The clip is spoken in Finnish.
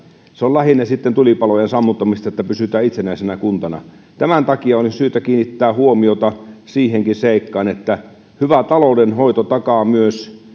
se on lähinnä sitten tulipalojen sammuttamista että pysytään itsenäisenä kuntana tämän takia on nyt syytä kiinnittää huomiota siihenkin seikkaan että hyvä taloudenhoito takaa myös